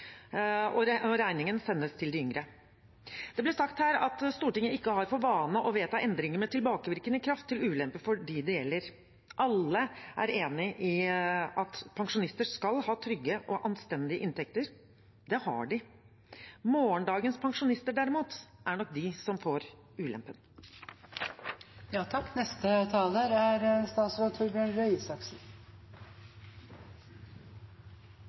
og regningen sendes til de yngre. Det ble sagt her at Stortinget ikke har for vane å vedta endringer med tilbakevirkende kraft til ulempe for dem det gjelder. Alle er enig i at pensjonister skal ha trygge og anstendige inntekter. Det har de. Morgendagens pensjonister, derimot, er nok de som får ulempene. Jeg har bare behov for å si et par ting, sånn at Stortinget er